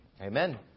amen